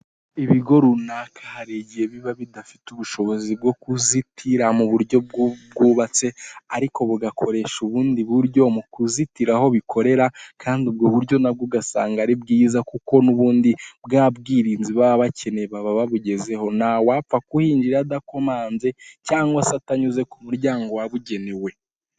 Ibigo runaka hari igihe biba bidafite ubushobozi bwo kuzitira mu buryo bwubatse ariko bugakoresha ubundi buryo mu kuzitira aho bikorera, kandi ubwo buryo na bwo ugasanga ari bwiza kuko n'ubundi bwabwirinzi baba bakeneye baba babugezeho ntawapfa kuhinjira adakomanze cyangwa se atanyuze kumuryango wabugenewe